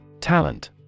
Talent